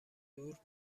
دور